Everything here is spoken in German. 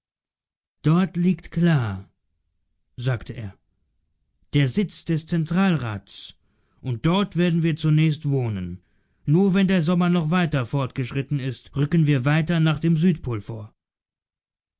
dort liegt kla sagte er der sitz des zentralrats und dort werden wir zunächst wohnen nur wenn der sommer noch weiter fortgeschritten ist rücken wir weiter nach dem südpol vor